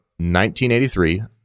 1983